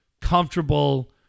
comfortable